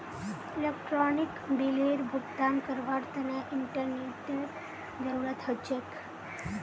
electronic बिलेर भुगतान करवार तने इंटरनेतेर जरूरत ह छेक